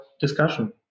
discussion